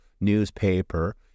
newspaper